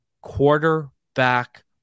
quarterback